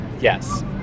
Yes